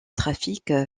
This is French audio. trafic